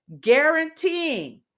guaranteeing